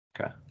Okay